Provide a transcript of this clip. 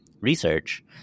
research